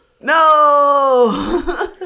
No